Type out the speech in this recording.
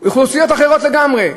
אוכלוסיות אחרות לגמרי,